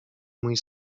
mój